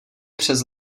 přes